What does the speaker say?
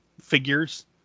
figures